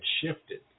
shifted